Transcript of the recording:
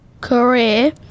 career